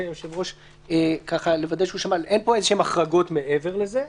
אין החרגות מעבר לזה,